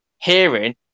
hearing